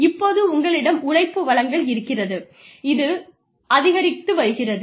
இப்போது உங்களிடம் உழைப்பு வழங்கல் இருக்கிறது அது அதிகரித்து வருகிறது